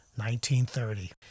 1930